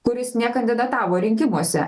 kuris nekandidatavo rinkimuose